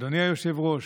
אדוני היושב-ראש,